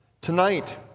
Tonight